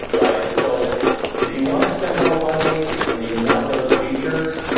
right? so if you wanna spend more money and you want those features,